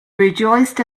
rejoiced